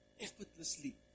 effortlessly